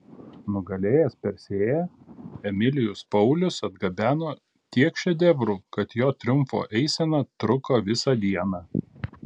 nugalėjęs persėją emilijus paulius atgabeno tiek šedevrų kad jo triumfo eisena truko visą dieną